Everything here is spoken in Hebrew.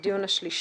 זה הדיון השלישי.